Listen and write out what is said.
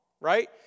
Right